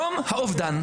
יום האובדן.